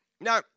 Now